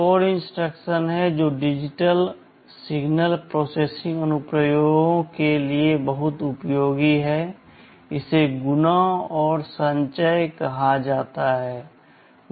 एक और इंस्ट्रक्शन है जो डिजिटल सिग्नल प्रोसेसिंग अनुप्रयोगों के लिए बहुत उपयोगी है इसे गुणा और संचय कहा जाता है